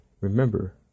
Remember